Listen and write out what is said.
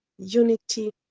unity,